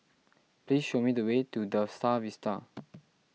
please show me the way to the Star Vista